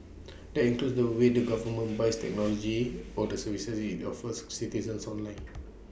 that includes the way the government buys technology or the services IT offers citizens online